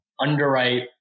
underwrite